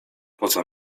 poza